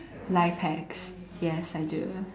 life hacks yes I do